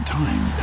time